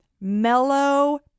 mellow